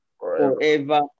forever